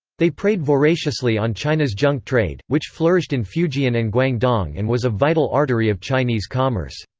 they preyed voraciously on china's junk trade, which flourished in fujian and guangdong and was a vital artery of chinese commerce.